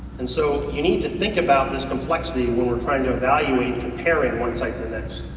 and so you need to think about this complexity we're we're trying to evaluate comparing one side to the next.